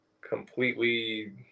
completely